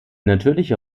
natürliche